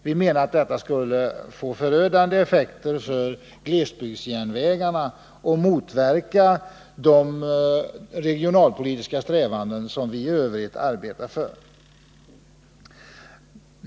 Vi menade att detta skulle få förödande effekter för glesbygdsjärnvägarna och skulle motverka de regionalpolitiska mål som vi i övrigt strävar efter att uppnå.